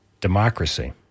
democracy